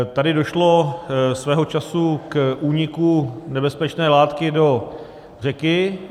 Tady došlo svého času k úniku nebezpečné látky do řeky.